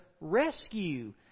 rescue